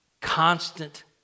constant